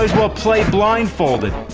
well play blindfolded.